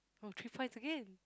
oh three points again